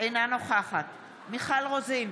אינה נוכחת מיכל רוזין,